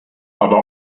aber